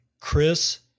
Chris